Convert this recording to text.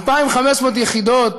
2,500 יחידות,